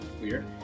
Weird